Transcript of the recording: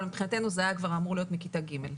מבחינתנו זה היה אמור להיות כבר מכיתה ג'.